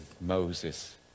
Moses